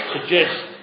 suggest